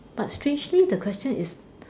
but strangely the question is